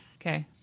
Okay